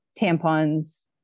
tampons